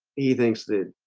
he thinks that